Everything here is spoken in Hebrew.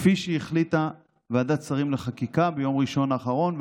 כפי שהחליטה ועדת שרים לחקיקה ביום ראשון האחרון,